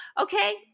Okay